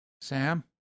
Sam